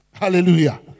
Hallelujah